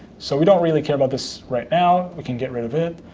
so we don't really care about this right now. we can get rid of it.